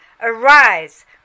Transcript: Arise